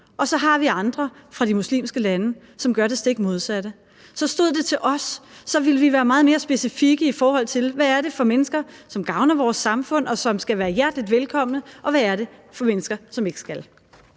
Og så har vi andre fra de muslimske lande, som gør det stik modsatte. Så stod det til os, ville vi være meget mere specifikke, i forhold til hvad det er for nogle mennesker, der gavner vores samfund, og som skal være hjertelig velkomne, og hvad det er for mennesker, der ikke skal.